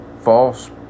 false